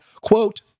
quote